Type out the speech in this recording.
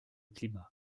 climat